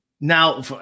now